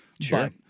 sure